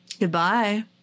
Goodbye